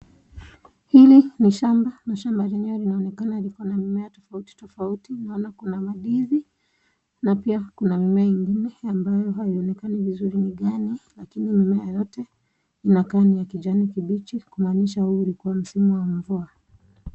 Hili ni shamba linaonekana liko na mimea tofauti tofauti naona kuna mandizi na pia kuna mimea ingine ambaye haionekani vizuri ni gani lakini mimea yote inakaa ni ya kijani kibichi kumaanisha huu ulikuwa msimu wa mvua.